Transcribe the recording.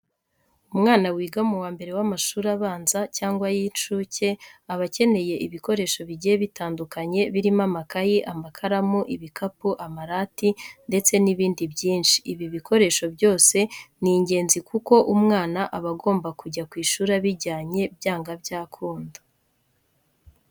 Umwana wiga mu wa mbere w'amashuri abanza cyangwa ay'inshuke aba akeneye ibikoresho bigiye bitandukanye birimo amakayi, amakaramu, ibikapu, amarati ndetse n'ibindi byinshi. Ibi bikoresho byose ni ingenzi kuko umwana aba agomba kujya ku ishuri abijyanye byanga byakunda.